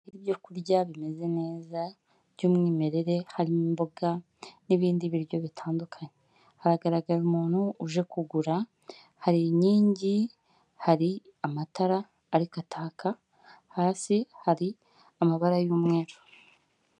Ibyokurya bimeze neza by'umwimerere harimo imboga n'ibindi biryo bitandukanye hagaragara umuntu uje kugura hari inkingi hari amatara ariko ataka hasi hari amabara y'umweru.